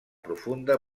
profunda